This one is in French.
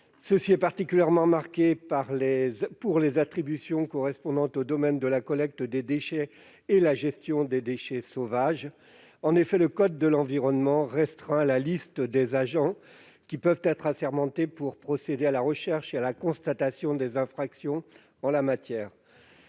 Cela est particulièrement marqué pour les attributions correspondant aux domaines de la collecte des déchets et de la gestion des déchets sauvages. En effet, le code de l'environnement restreint la liste des agents qui peuvent être assermentés pour procéder à la recherche et à la constatation des infractions en la matière